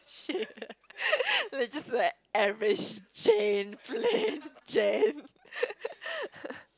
shit like just like average jane plain jane